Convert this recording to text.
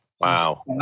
wow